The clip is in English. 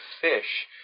fish